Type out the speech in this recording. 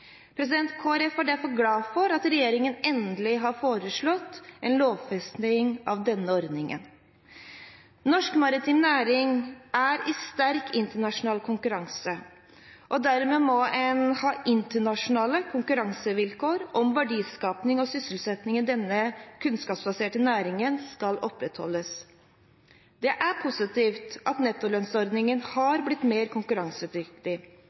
er derfor glad for at regjeringen endelig har foreslått en lovfesting av denne ordningen. Norsk maritim næring er i sterk internasjonal konkurranse, og dermed må en ha internasjonale konkurransevilkår om verdiskapingen og sysselsettingen i denne kunnskapsbaserte næringen skal opprettholdes. Det er positivt at nettolønnsordningen har blitt mer konkurransedyktig